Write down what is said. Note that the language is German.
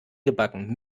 gebacken